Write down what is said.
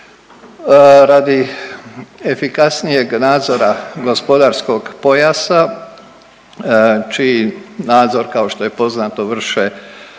Radi efikasnijeg nadzora gospodarskog pojasa čiji nadzor kao što je poznato vrše